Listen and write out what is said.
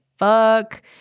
Fuck